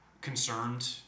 concerned